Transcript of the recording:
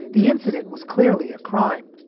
the incident was clearly a crime